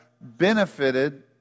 benefited